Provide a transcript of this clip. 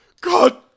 God